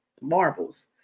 marbles